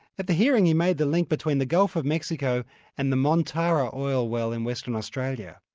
at the hearing he made the link between the gulf of mexico and the montara oil well in western australia.